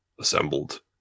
assembled